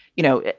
you know,